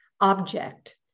object